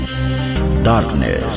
Darkness